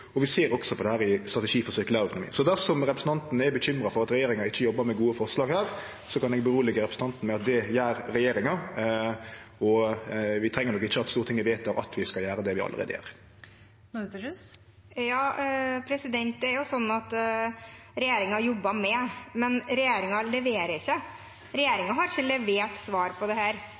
og vi ser på dette i strategi for sirkulærøkonomi. Så dersom representanten Norderhus er bekymra for at regjeringa ikkje jobbar med gode forslag, kan eg roe representanten med at det gjer regjeringa, og vi treng nok ikkje at Stortinget vedtek at vi skal gjere det vi allereie gjer. Det er jo sånn at regjeringen jobber med, men regjeringen leverer ikke. Regjeringen har ikke levert svar på dette, og det